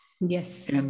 Yes